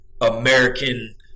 American